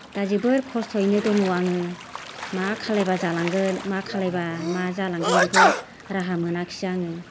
दा जोबोर खस्थ'यैनो दङ आङो मा खालायब्ला जालांगोन मा खालायब्ला मा जालांगोन बेखौ राहा मोनाखिसै आङो